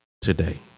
today